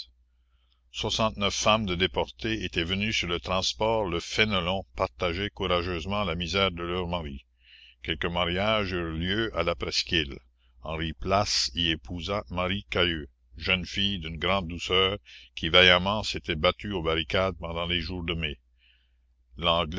soixante-neuf femmes de déportés étaient venues sur le transport le fénelon partager courageusement la misère de leurs maris quelques mariages eurent lieu à la presqu'île henri place y épousa marie cailleux jeune fille d'une grande douceur qui vaillamment s'était battue aux barricades pendant les jours de mai